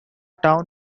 town